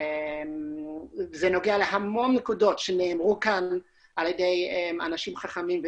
זה נוגע להרבה נקודות שנאמרו כאן על ידי אנשים חכמים.